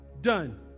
Done